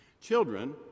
Children